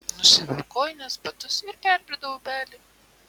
nusiaviau kojines batus ir perbridau upelį